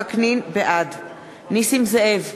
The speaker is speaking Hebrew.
בעד נסים זאב,